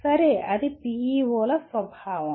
సరే అది PEO ల స్వభావం